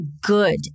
good